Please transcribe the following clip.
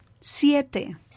siete